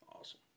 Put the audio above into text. Awesome